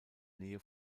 nähe